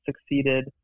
succeeded